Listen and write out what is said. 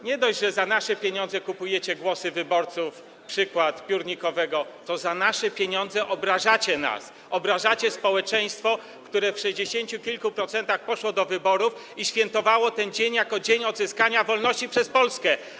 Nie dość, że za nasze pieniądze kupujecie głosy wyborców - przykład piórnikowego - to za nasze pieniądze obrażacie nas, obrażacie społeczeństwo, które w sześćdziesięciu kilku procentach poszło do wyborów i świętowało ten dzień jako dzień odzyskania wolności przez Polskę.